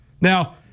Now